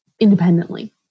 independently